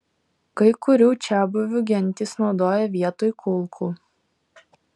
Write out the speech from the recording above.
kai kurių čiabuvių gentys naudoja vietoj kulkų